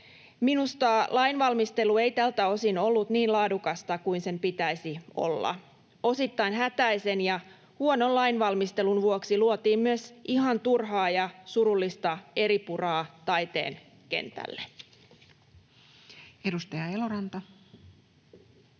Minusta lainvalmistelu ei tältä osin ollut niin laadukasta kuin sen pitäisi olla. Osittain hätäisen ja huonon lainvalmistelun vuoksi luotiin myös ihan turhaa ja surullista eripuraa taiteen kentälle. [Speech 190]